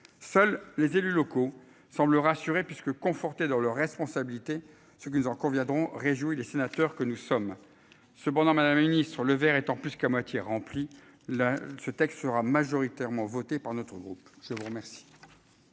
Seuls les élus locaux semblent rassurés puisque confortés dans leurs responsabilités, ce qui nous en conviendront réjouit les sénateurs que nous sommes cependant Madame la Ministre le verre étant plus qu'à moitié rempli là ce texte sera majoritairement voté par notre. Au groupe, je vous remercie.